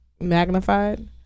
magnified